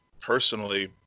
personally